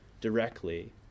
directly